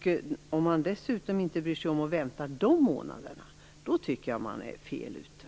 Om man dessutom inte bryr sig om att vänta dessa månader, tycker jag att man är fel ute.